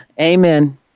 Amen